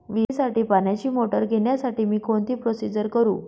विहिरीसाठी पाण्याची मोटर घेण्यासाठी मी कोणती प्रोसिजर करु?